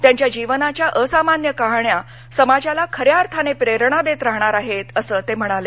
त्यांच्या जीवनाच्या असामान्य कहाण्या समाजाला खऱ्या अर्थाने प्रेरणा देत राहणार आहेत असं ते म्हणाले